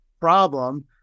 problem